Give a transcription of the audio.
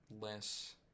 less